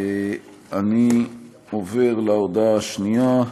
אני עובר להודעה השנייה.